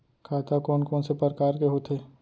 खाता कोन कोन से परकार के होथे?